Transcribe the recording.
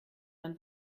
dann